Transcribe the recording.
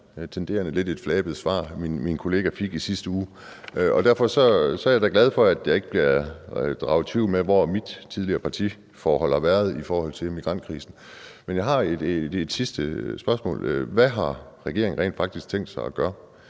tenderede til at være lidt flabet. Derfor er jeg da glad for, at der ikke bliver draget tvivl om, hvor mit tidligere parti har været i forhold til migrantkrisen. Men jeg har et sidste spørgsmål: Hvad har regeringen rent faktisk tænkt sig at gøre?